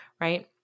right